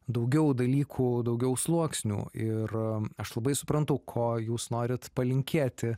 daugiau dalykų daugiau sluoksnių ir aš labai suprantu ko jūs norit palinkėti